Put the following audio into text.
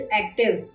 active